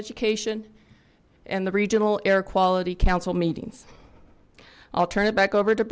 education and the regional air quality council meetings i'll turn it back over to